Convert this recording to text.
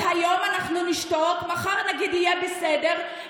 אז היום אנחנו נשתוק, מחר נגיד: יהיה בסדר.